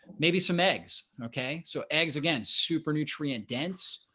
maybe some eggs, okay, so eggs, again, super nutrient dense,